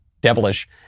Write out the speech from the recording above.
devilish